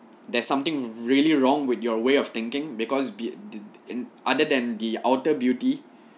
there's something really wrong with your way of thinking because beau~ in other than the outer beauty